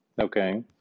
Okay